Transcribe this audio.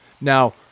Now